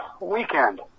weekend